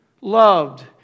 loved